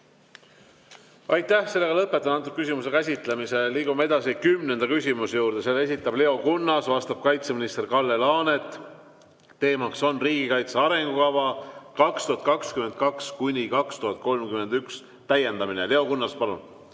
Aitäh! Lõpetan selle küsimuse käsitlemise. Liigume kümnenda küsimuse juurde. Selle esitab Leo Kunnas, sellele vastab kaitseminister Kalle Laanet ja teema on "Riigikaitse arengukava 2022–2031" täiendamine. Leo Kunnas, palun!